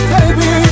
Baby